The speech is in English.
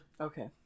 Okay